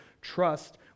trust